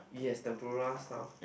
yes tempura stuff